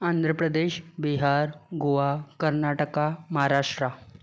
Andhra Pradesh Bihar Goa Karnataka Maharashtra